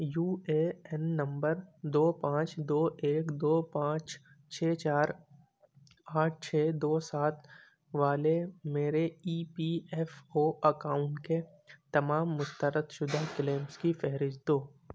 you A N number دو پانچ دو ایک دو پانچ چھ چار آٹھ چھ دو سات والے میرے E P F O account کے تمام مسترد شدہ کلیمز کی فہرست دو